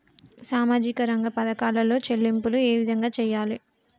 సామాజిక రంగ పథకాలలో చెల్లింపులు ఏ విధంగా చేయాలి?